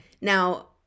now